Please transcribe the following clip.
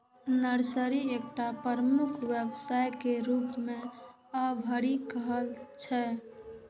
nursery एकटा प्रमुख व्यवसाय के रूप मे अभरि रहल छै